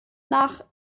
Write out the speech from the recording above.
nach